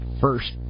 first